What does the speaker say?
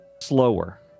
Slower